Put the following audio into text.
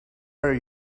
are